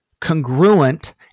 congruent